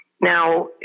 Now